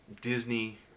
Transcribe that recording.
disney